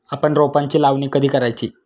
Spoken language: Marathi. आपण रोपांची लावणी कधी करायची?